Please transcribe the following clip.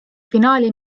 finaali